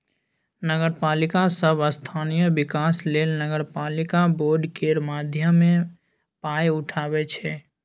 नगरपालिका सब स्थानीय बिकास लेल नगरपालिका बॉड केर माध्यमे पाइ उठाबै छै